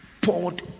poured